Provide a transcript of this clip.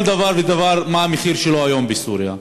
כל דבר ודבר, מה המחיר שלו היום בסוריה,